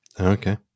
Okay